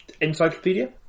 Encyclopedia